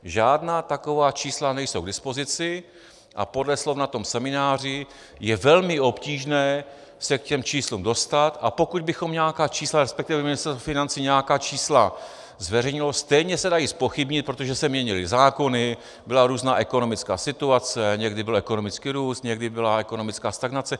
Žádná taková čísla nejsou k dispozici a podle slov na tom semináři je velmi obtížné se k těm číslům dostat, a pokud bychom nějaká čísla resp. Ministerstvo financí nějaká čísla zveřejnilo, stejně se dají zpochybnit, protože se měnily zákony, byla různá ekonomická situace, někdy byl ekonomický růst, někdy byla ekonomická stagnace.